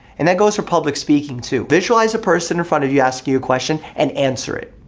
and that goes for public speaking too. visualize a person in front of you asking you a question, and answer it.